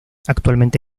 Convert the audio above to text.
actualmente